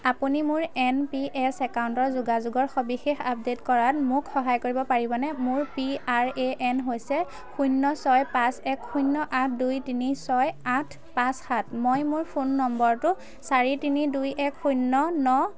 আপুনি মোৰ N P S একাউণ্টৰ যোগাযোগৰ সবিশেষ আপডেট কৰাত মোক সহায় কৰিব পাৰিবনে মোৰ পি আৰ এ এন হৈছে শূন্য ছয় পাঁচ এক শূন্য আঠ দুই তিনি ছয় আঠ পাঁচ সাত মই মোৰ ফোন নম্বৰটো চাৰি তিনি দুই এক শূন্য ন